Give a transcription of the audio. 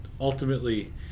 ultimately